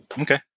Okay